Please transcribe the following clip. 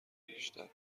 بیشتر